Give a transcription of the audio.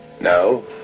No